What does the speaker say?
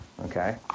Okay